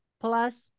Plus